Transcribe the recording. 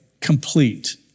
complete